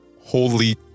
holy